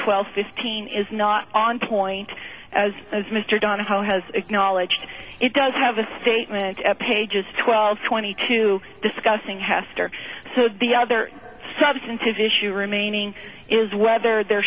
twelve fifteen is not on point as as mr donahoe has acknowledged it does have a statement at pages twelve twenty two discussing hester so the other substantive issue remaining is whether there